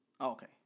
Okay